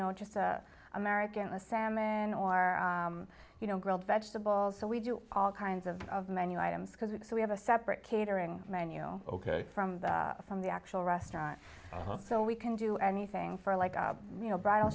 know just a american a salmon or you know grilled vegetables so we do all kinds of of menu items because it's so we have a separate catering menu ok from the from the actual restaurant so we can do anything for like you know b